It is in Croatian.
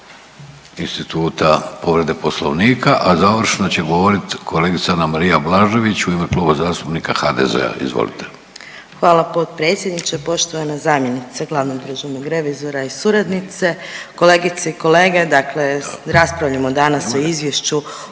instituta povrede Poslovnika. A završno će govorit kolegica Anamarija Blažević u ime Kluba zastupnika HDZ-a. Izvolite. **Blažević, Anamarija (HDZ)** Hvala potpredsjedniče. Poštovana zamjenice glavnog državnog revizora i suradnice, kolegice i kolege, dakle raspravljamo danas o izvješću